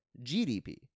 GDP